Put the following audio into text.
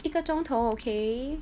一个钟头 okay